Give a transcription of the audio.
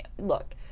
Look